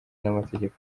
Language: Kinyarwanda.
n’amategeko